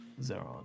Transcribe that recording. zeron